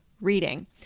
reading